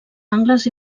angles